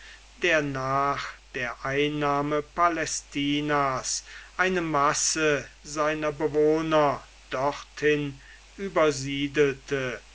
der nach der einnahme palästinas eine masse seiner bewohner dorthin übersiedelte